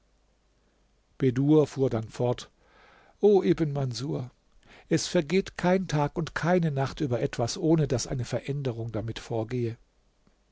bedur fuhr dann fort o ibn manßur es vergeht kein tag und keine nacht über etwas ohne daß eine veränderung damit vorgehe